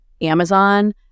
Amazon